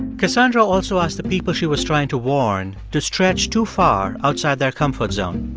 cassandra also asked the people she was trying to warn to stretch too far outside their comfort zone.